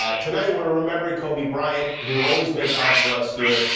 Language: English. ah tonight we're remembering kobe bryant, who always made time for us here.